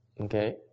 Okay